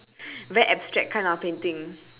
very abstract kind of painting